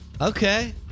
Okay